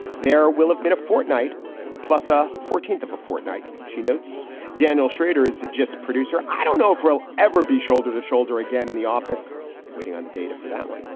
there will have been a fortnight plus the ah fourteenth of a fortnight. she notes daniel schrader is the just producer. i don't know if we'll ever be shoulder to shoulder again in the office waiting on the data for that one.